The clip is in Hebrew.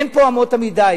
אין פה אמות מידה.